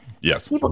Yes